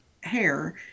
hair